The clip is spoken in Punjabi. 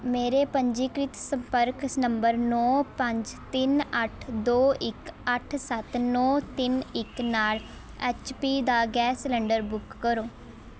ਮੇਰੇ ਪੰਜੀਕ੍ਰਿਤ ਸੰਪਰਕਸ ਨੰਬਰ ਨੌਂ ਪੰਜ ਤਿੰਨ ਅੱਠ ਦੋ ਇੱਕ ਅੱਠ ਸੱਤ ਨੌਂ ਤਿੰਨ ਇੱਕ ਨਾਲ ਐੱਚ ਪੀ ਦਾ ਗੈਸ ਸਿਲੰਡਰ ਬੁੱਕ ਕਰੋ